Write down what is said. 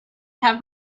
have